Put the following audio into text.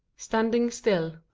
standing still.